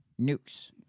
Nukes